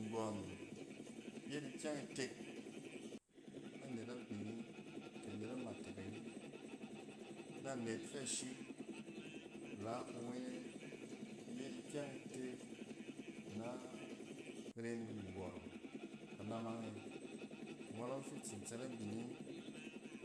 Nggↄn yet ikyɛng itek na net abining kɛ anet amatek ayi, na net fɛ ashim ira kuwonang. Iyet ikyɛng itek na ren nggↄn kanamang e. Ngↄn ↄng fi tsin tsɛt a bining.